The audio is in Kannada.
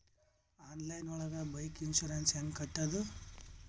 ಆನ್ಲೈನ್ ಒಳಗೆ ಬೈಕ್ ಇನ್ಸೂರೆನ್ಸ್ ಹ್ಯಾಂಗ್ ಕಟ್ಟುದು?